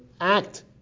act